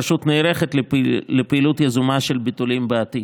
הרשות נערכת לפעילות יזומה של ביטולים בעתיד.